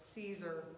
Caesar